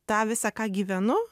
tą visą ką gyvenu